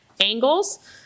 angles